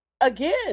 again